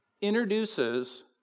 introduces